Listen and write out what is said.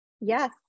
Yes